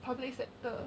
public sector